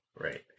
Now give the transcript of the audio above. Right